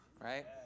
right